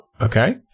okay